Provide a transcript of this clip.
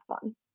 fun